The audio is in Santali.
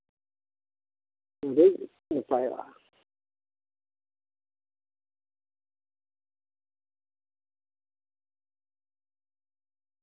ᱟᱹᱰᱤ ᱱᱟᱯᱟᱭᱚᱜᱼᱟ